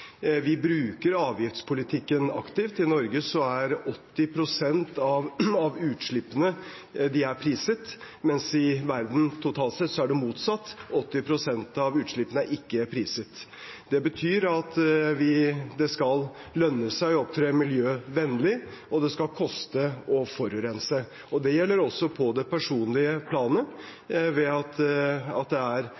Vi bruker avgiftspolitikken aktivt. I Norge er 80 pst. av utslippene priset, mens det i verden totalt sett er motsatt: 80 pst. av utslippene er ikke priset. Det betyr at det skal lønne seg å opptre miljøvennlig, og det skal koste å forurense. Det gjelder også på det personlige planet